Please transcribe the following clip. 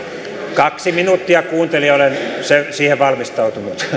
kaksi minuuttia kuuntelijoille siihen olen valmistautunut